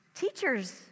Teachers